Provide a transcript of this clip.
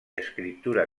escriptura